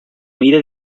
mida